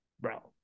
bro